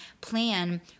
plan